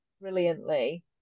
brilliantly